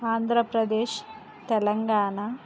Andhra Pradesh Telangana